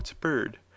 bird